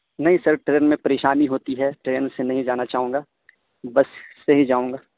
نہیں sir train میں پریشانی ہوتی ہے ٹرین سے نہیں جانا چاہوں گا بس سے ہی جاؤں گا